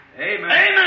Amen